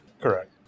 Correct